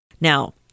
Now